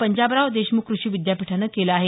पंजाबराव देशमुख क्रषी विद्यापीठानं केलं आहे